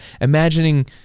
Imagining